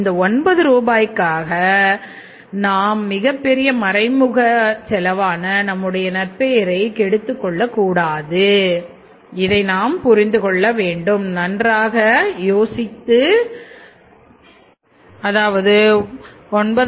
இந்த ஒன்பது ரூபாய் காக்க நாம் மிகப்பெரிய மறைமுக செலவான நம்முடைய நற்பெயரைக் எடுத்துக்கொள்ள வேண்டுமா என்பதை நாம் யோசிக்க வேண்டும் அதாவது 9681